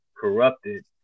corrupted